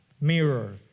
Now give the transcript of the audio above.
mirror